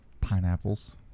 pineapples